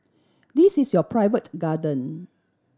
this is your private garden